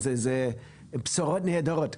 אלה בשורות נהדרות.